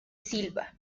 silva